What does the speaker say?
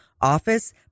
office